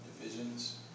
divisions